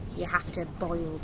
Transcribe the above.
you have to boil